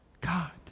God